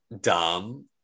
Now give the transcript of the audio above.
dumb